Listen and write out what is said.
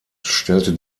stellte